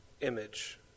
image